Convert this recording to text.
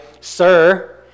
sir